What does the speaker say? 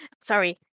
sorry